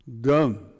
dumb